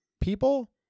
people